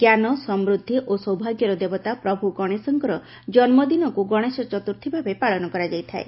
ଜ୍ଞାନ ସମୃଦ୍ଧି ଓ ସୌଭାଗ୍ୟର ଦେବତା ପ୍ରଭୁ ଗଣେଶଙ୍କର ଜନ୍ମଦିନକୁ ଗଣେଶ ଚତୁର୍ଥୀ ଭାବେ ପାଳନ କରାଯାଇଥାଏ